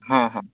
ହଁ ହଁ